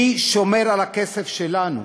מי שומר על הכסף שלנו?